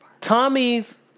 Tommy's